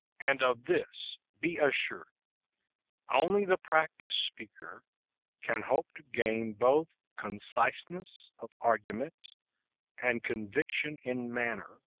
and of this be assured only the practised speaker can hope to gain both conciseness of argument and conviction in manner,